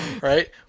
right